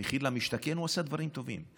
המחיר למשתכן, הוא עשה דברים טובים.